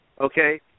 okay